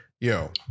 yo